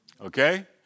Okay